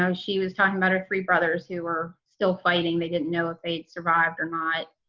um she was talking about her three brothers who were still fighting they didn't know if they'd survived or not.